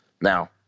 Now